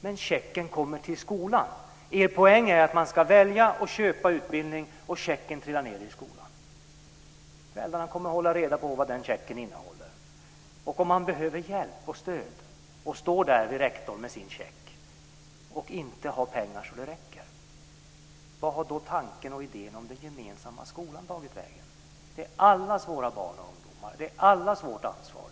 Men checken kommer till skolan. Er poäng är att man ska välja och köpa utbildning och att checken ska trilla ned i skolan. Föräldrarna kommer att hålla reda på vad den checken innehåller. Om man behöver hjälp och stöd och står där hos rektorn med sin check och inte har pengar så att det räcker, vart har då tanken och idén om den gemensamma skolan tagit vägen? Det är allas våra barn och ungdomar, det är allas vårt ansvar.